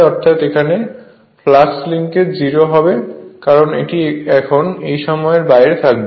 অর্থাৎ এখানে flux linkage 0 হবে কারণ এটি এখন এই সময়ের বাইরে থাকবে